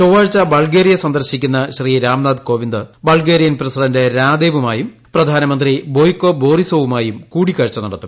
ചൊവ്വാഴ്ച ബൾഗേറിയ സന്ദർശിക്കുന്ന Shri Ram Nath Kovind Bulgarian president രാദേവുമായും പ്രധാനമന്ത്രി ബോയ്കോ ബോറ്റിസ്സെറ്റ്വുമായും കൂടിക്കാഴ്ച നടത്തും